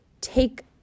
take